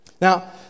Now